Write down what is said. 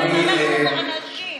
לא, אנחנו בכלל לא, תודה רבה, אדוני.